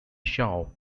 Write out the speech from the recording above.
chao